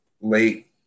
late